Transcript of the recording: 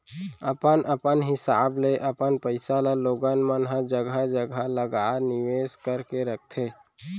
अपन अपन हिसाब ले अपन पइसा ल लोगन मन ह जघा जघा लगा निवेस करके रखथे